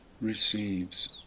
receives